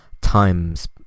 times